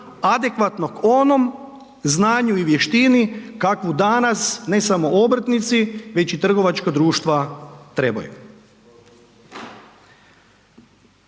adekvatnog onom znanju i vještini kakvu danas, ne samo obrtnici, već i trgovačka društva trebaju.